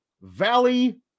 Valley